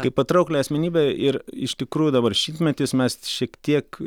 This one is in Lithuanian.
kaip patrauklią asmenybę ir iš tikrųjų dabar šimtmetis mes šiek tiek